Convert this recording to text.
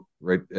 right